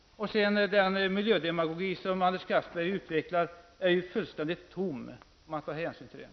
Den miljödemagogi som Anders Castberger utvecklar är ju fullständigt innehållslös.